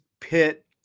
pit